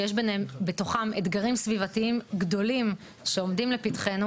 שיש בתוכם אתגרים סביבתיים גדולים שעומדים לפתחנו.